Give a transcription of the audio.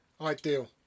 ideal